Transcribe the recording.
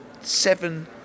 seven